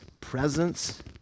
presence